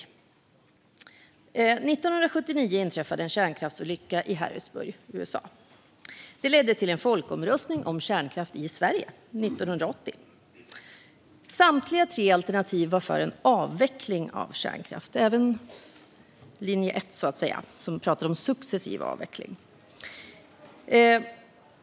År 1979 inträffade en kärnkraftsolycka i Harrisburg i USA. Det ledde till en folkomröstning om kärnkraft i Sverige 1980. Samtliga tre alternativ var för en avveckling av kärnkraft, även linje 1 som talade om en successiv avveckling.